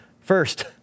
first